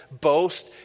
Boast